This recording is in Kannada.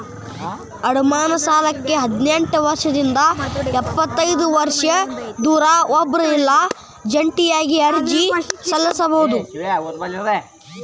ಅಡಮಾನ ಸಾಲಕ್ಕ ಹದಿನೆಂಟ್ ವರ್ಷದಿಂದ ಎಪ್ಪತೈದ ವರ್ಷದೊರ ಒಬ್ರ ಇಲ್ಲಾ ಜಂಟಿಯಾಗಿ ಅರ್ಜಿ ಸಲ್ಲಸಬೋದು